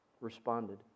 responded